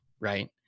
right